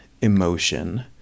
emotion